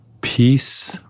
Peace